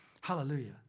Hallelujah